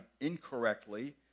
incorrectly